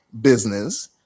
business